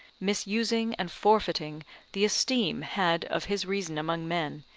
misusing and forfeiting the esteem had of his reason among men,